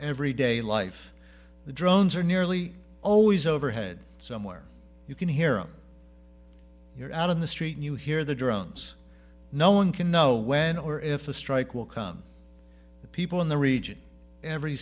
every day life the drones are nearly always overhead somewhere you can hear him you're out in the street and you hear the drones no one can know when or if a strike will come people in the region every